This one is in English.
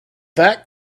that